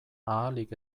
ahalik